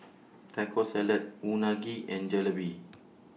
Taco Salad Unagi and Jalebi